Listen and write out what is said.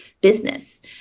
business